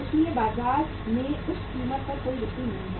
इसलिए बाजार में उस कीमत पर कोई बिक्री नहीं है